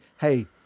Hey